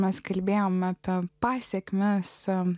mes kalbėjome apie pasekmes sau